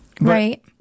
right